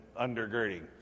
undergirding